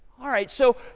all right. so